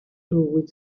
with